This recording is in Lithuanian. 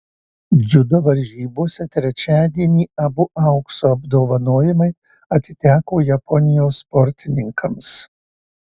dziudo varžybose trečiadienį abu aukso apdovanojimai atiteko japonijos sportininkams